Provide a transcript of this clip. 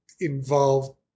involve